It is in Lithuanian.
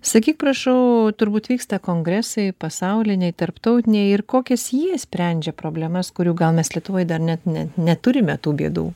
sakyk prašau turbūt vyksta kongresai pasauliniai tarptautiniai ir kokias jie sprendžia problemas kurių gaunas lietuvoj dar net ne neturime tų bėdų